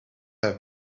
have